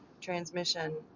transmission